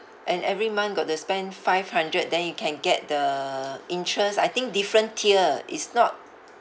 and every month got to spend five hundred then you can get the interest I think different tier is not